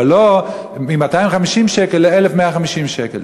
אבל לא מ-250 שקל ל-1,150 שקל.